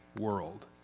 world